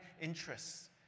interests